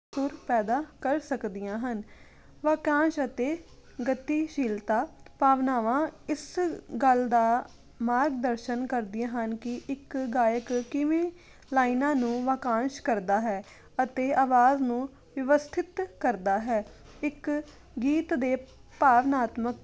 ਸੁਰ ਪੈਦਾ ਕਰ ਸਕਦੀਆਂ ਹਨ ਵਕਾਂਸ਼ ਅਤੇ ਗਤੀਸ਼ੀਲਤਾ ਭਾਵਨਾਵਾਂ ਇਸ ਗੱਲ ਦਾ ਮਾਰਗਦਰਸ਼ਨ ਕਰਦੀਆਂ ਹਨ ਕਿ ਇੱਕ ਗਾਇਕ ਕਿਵੇਂ ਲਾਈਨਾਂ ਨੂੰ ਵਾਕਾਂਸ਼ ਕਰਦਾ ਹੈ ਅਤੇ ਆਵਾਜ਼ ਨੂੰ ਵਿਵਸਥਿਤ ਕਰਦਾ ਹੈ ਇੱਕ ਗੀਤ ਦੇ ਭਾਵਨਾਤਮਕ